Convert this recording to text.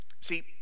See